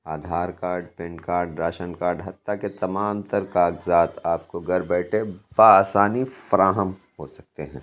Aadhaar card PAN card ration card حتٰی کہ تمام تر کاغذات آپ کو گھر بیٹھے بآسانی فراہم ہو سکتے ہیں